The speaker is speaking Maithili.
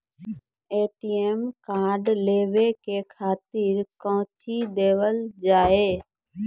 ए.टी.एम कार्ड लेवे के खातिर कौंची देवल जाए?